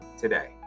today